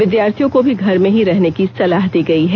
विद्यार्थियों को भी घर में ही रहने की सलाह दी गई है